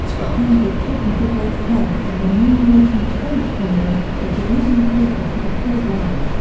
the kansas city brigade play in the newly opened sprint center, which is even closer to the state line.